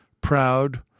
proud